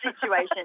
situation